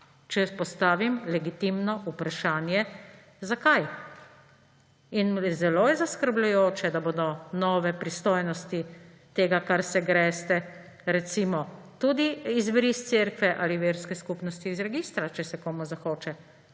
če postavim legitimno vprašanje, zakaj. In zelo je zaskrbljujoče, da bodo nove pristojnosti tega, kar se greste, recimo tudi izbris cerkve ali verske skupnosti iz registra, če se komu zahoče.